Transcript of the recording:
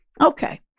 Okay